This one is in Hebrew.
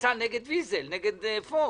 יצא נגד ויזל, נגד פוקס.